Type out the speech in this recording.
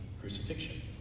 crucifixion